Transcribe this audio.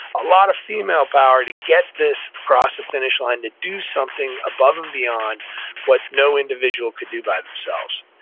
a lot of female power to get this across the finish line, to do something above and beyond what no individual could do by themselves.